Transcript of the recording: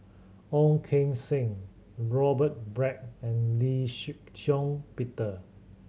Ong Keng Sen Robert Black and Lee Shih Shiong Peter